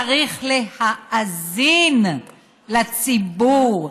צריך להאזין לציבור,